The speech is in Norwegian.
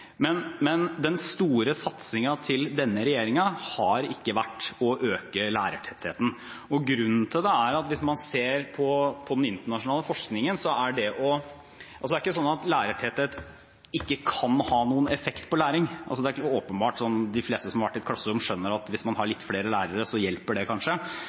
Men den store satsingen til denne regjeringen har ikke vært å øke lærertettheten. Det er ikke sånn at lærertetthet ikke kan ha noen effekt på læring. Det er åpenbart. De fleste som har vært i et klasserom, skjønner at hvis man har litt flere lærere, hjelper det kanskje,